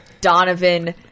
Donovan